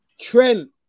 Trent